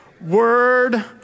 word